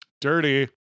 Dirty